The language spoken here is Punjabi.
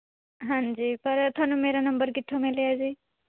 ਹਾਂਜੀ ਪਰ ਤੁਹਾਨੂੰ ਮੇਰਾ ਨੰਬਰ ਕਿੱਥੋਂ ਮਿਲਿਆ ਜੀ